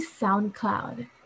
SoundCloud